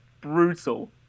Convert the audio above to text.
brutal